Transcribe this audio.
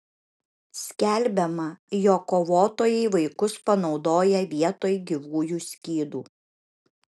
skelbiama jog kovotojai vaikus panaudoja vietoj gyvųjų skydų